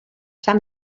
sant